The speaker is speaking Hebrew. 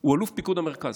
הוא אלוף פיקוד מרכז,